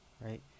right